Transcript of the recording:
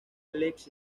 lex